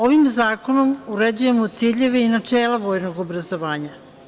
Ovim zakonom uređujemo ciljeve i načela vojnog obrazovanja.